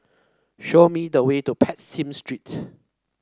show me the way to Prinsep Street